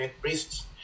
priests